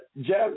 Jeff